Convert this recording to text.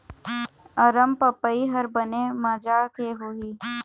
अरमपपई हर बने माजा के होही?